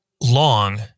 long